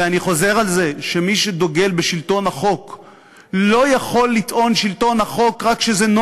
ואני חוזר על זה שמי שדוגל בשלטון החוק לא יכול לטעון "שלטון החוק"